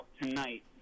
tonight